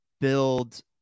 build